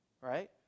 right